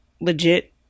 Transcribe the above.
legit